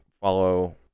follow